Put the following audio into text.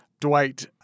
Dwight